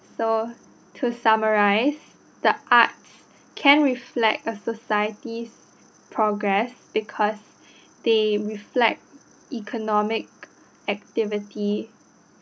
so to summarise the arts can reflect a society's progress because they reflect economic acitivity